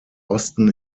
osten